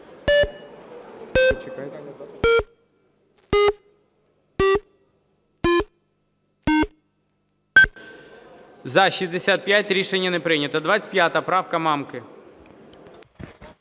За-65 Рішення не прийнято. 25 правка Мамки.